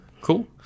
cool